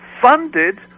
funded